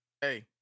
Hey